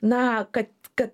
na kad kad